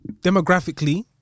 demographically